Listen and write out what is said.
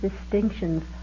distinctions